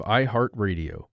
iHeartRadio